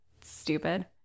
stupid